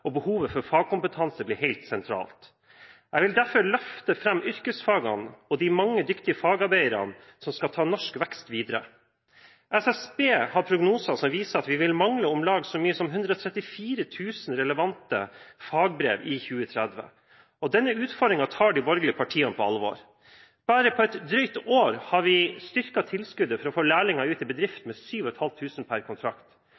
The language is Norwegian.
og behovet for fagkompetanse blir helt sentralt. Jeg vil derfor løfte fram yrkesfagene og de mange dyktige fagarbeiderne som skal ta norsk vekst videre. SSB har prognoser som viser at vi vil mangle om lag så mye som 134 000 relevante fagbrev i 2030. Denne utfordringen tar de borgerlige partiene på alvor. Bare på et drøyt år har vi styrket tilskuddet for å få lærlinger ut i bedrifter med 7 500 kr per kontrakt.